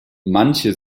manche